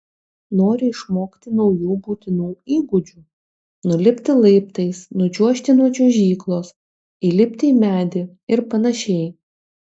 nori išmokti naujų būtinų įgūdžių nulipti laiptais nučiuožti nuo čiuožyklos įlipti į medį ir panašiai